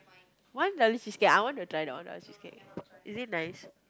one dollar cheesecake I want to try that one dollar cheesecake is it nice